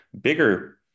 bigger